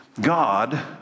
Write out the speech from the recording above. God